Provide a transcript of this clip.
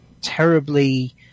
terribly